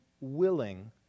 willing